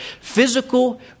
physical